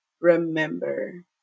remember